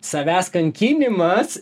savęs kankinimas